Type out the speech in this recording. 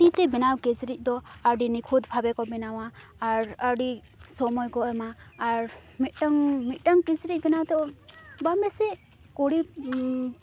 ᱛᱤᱛᱮ ᱵᱮᱱᱟᱣ ᱠᱤᱪᱨᱤᱡᱽ ᱫᱚ ᱟᱹᱰᱤ ᱱᱤᱠᱷᱩᱛ ᱵᱷᱟᱵᱮᱠᱚ ᱵᱮᱱᱟᱣᱟ ᱟᱨ ᱟᱹᱰᱤ ᱥᱚᱢᱚᱭᱠᱚ ᱮᱢᱟ ᱟᱨ ᱢᱤᱫᱴᱮᱝ ᱢᱤᱫᱴᱮᱝ ᱠᱤᱪᱨᱤᱡᱽ ᱵᱮᱱᱟᱣᱛᱮ ᱠᱚᱢ ᱵᱮᱥᱤ ᱠᱩᱲᱤ